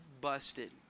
busted